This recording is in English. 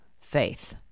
faith